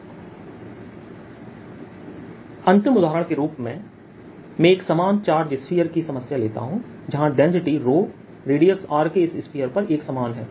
EQ4π0r2 W02RQ216202r44πr2drQ28π0Rdrr2Q28π0R अंतिम उदाहरण के रूप में मैं एकसमान चार्ज स्फीयर की समस्या लेता हूं जहां डेंसिटी रो रेडियस R के इस स्फीयर पर एकसमान है